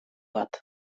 bat